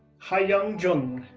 hyeyoung jung,